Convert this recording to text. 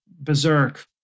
berserk